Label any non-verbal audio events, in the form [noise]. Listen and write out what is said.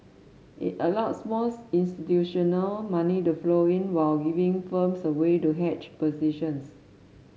it allows more [unintelligible] institutional money to flow in while giving firms a way to hedge positions